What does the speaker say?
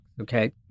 okay